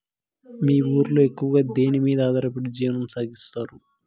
మీ ఊరిలో ఎక్కువగా దేనిమీద ఆధారపడి జీవనం సాగిస్తున్నారు?